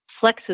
flexes